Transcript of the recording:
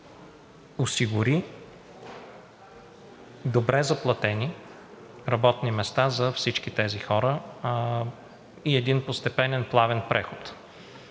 осигури добре заплатени работни места за всички тези хора и един постепенен плавен преход.